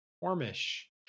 warmish